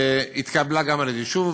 התקבלה גם על-ידי "שובו".